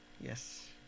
Yes